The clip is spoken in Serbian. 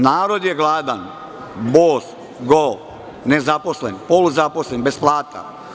Narod je gladan, bos, go, nezaposlen, poluzaposlen, bez plata.